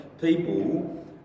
people